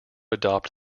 adopt